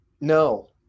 No